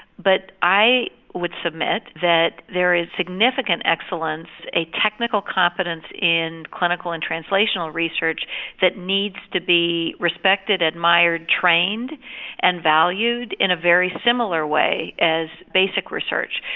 but i would submit that there is significant excellence, a technical competence in clinical and translational research that needs to be respected, admired, trained and valued in a very similar way as basic research.